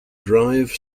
drive